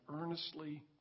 earnestly